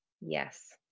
yes